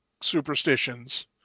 superstitions